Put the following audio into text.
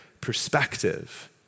perspective